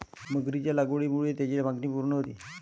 मगरीच्या लागवडीमुळे त्याची मागणी पूर्ण होते